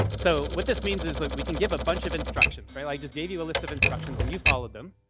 so what this means is like we can give a bunch of instructions, right? i just gave you a list of instructions, and you followed them.